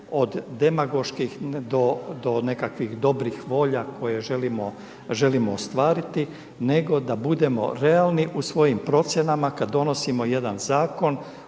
od demagoških do nekakvih dobrih volja koje želimo ostvariti nego da budemo realni u svojim procjenama kada donosimo jedan zakon